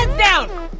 ah down!